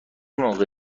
موقع